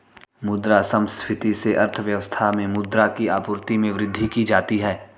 मुद्रा संस्फिति से अर्थव्यवस्था में मुद्रा की आपूर्ति में वृद्धि की जाती है